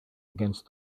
against